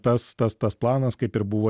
tas tas tas planas kaip ir buvo